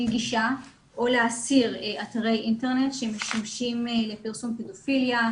גישה או להסיר אתרי אינטרנט שמשמשים לפרסום פדופיליה,